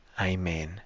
Amen